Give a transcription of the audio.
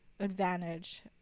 advantage